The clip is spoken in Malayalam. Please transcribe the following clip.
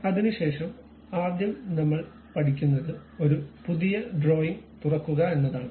അതിനുശേഷം ആദ്യം നമ്മൾ പഠിക്കുന്നത് ഒരു പുതിയ ഡ്രോയിംഗ് തുറക്കുക എന്നതാണ്